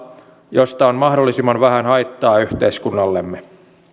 josta on mahdollisimman vähän haittaa yhteiskunnallemme